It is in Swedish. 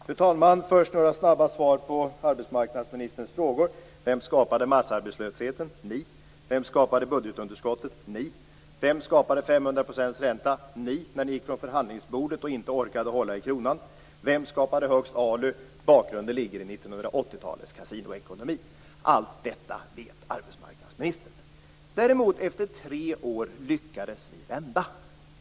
Fru talman! Först helt snabbt några svar på arbetsmarknadsministerns frågor. Vem skapade massarbetslösheten? Ni. Vem skapade budgetunderskottet? Ni. Vem skapade 500 % ränta? Ni, när ni gick från förhandlingsbordet och inte orkade hålla i kronan. Vem skapade högsta ALU:n? Bakgrunden finns i Allt detta vet arbetsmarknadsministern. Efter tre år lyckades vi vända.